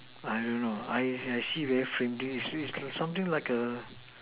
I don't know I I see very faint something like the